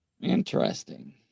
interesting